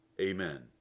Amen